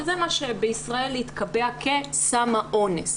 שזה מה שבישראל התקבע כסם האונס,